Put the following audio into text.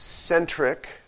centric